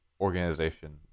organization